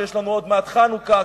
ועוד מעט חנוכה,